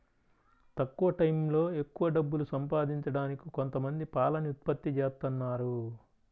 తక్కువ టైయ్యంలో ఎక్కవ డబ్బులు సంపాదించడానికి కొంతమంది పాలని ఉత్పత్తి జేత్తన్నారు